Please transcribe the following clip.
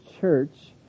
church